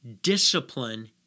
Discipline